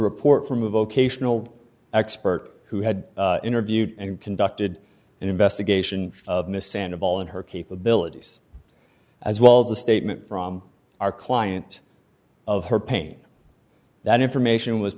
report from a vocational expert who had interviewed and conducted an investigation of missed and of all in her capabilities as well the statement from our client of her pain that information was